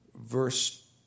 verse